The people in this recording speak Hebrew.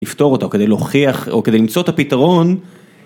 לפתור אותה, או כדי להוכיח, או כדי למצוא את הפתרון...